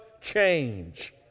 change